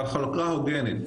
אבל חלוקה הוגנת,